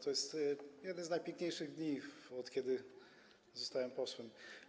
To jest jeden z najpiękniejszych dni od czasu, kiedy zostałem posłem.